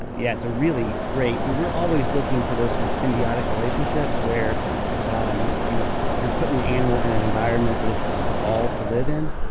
yeah. it's ah really great. we were always looking for those sort of symbiotic relationships, where um you know you're putting an animal in an environment that it's evolved to live in,